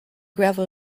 gravel